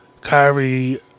Kyrie